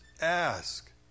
ask